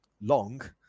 long